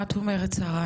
מה את אומרת שריי?